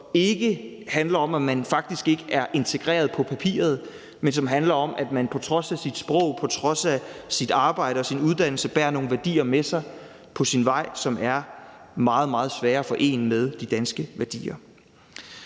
som ikke handler om, at man faktisk ikke er integreret på papiret, men som handler om, at man på trods af sit sprog, på trods af sit arbejde og sin uddannelse bærer nogle værdier med sig på sin vej, som er meget, meget svære at forene med de danske værdier.